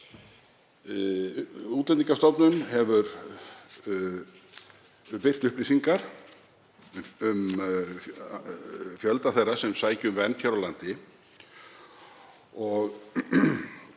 Útlendingastofnun hefur birt upplýsingar um fjölda þeirra sem sækja um vernd hér á landi